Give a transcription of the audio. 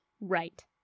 Right